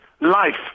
life